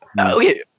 okay